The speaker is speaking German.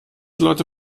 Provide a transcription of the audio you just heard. leute